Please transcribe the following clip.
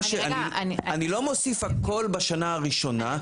אני לא מוסיף הכול בשנה הראשונה,